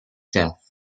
death